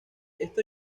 esto